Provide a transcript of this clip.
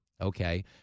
Okay